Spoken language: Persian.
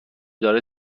داره